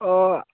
অঁ